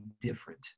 different